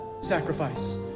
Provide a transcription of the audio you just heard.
sacrifice